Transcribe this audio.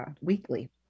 weekly